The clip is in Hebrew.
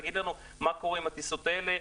תגיד לנו מה קורה עם הטיסות האלה,